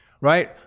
right